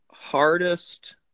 hardest